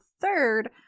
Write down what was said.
third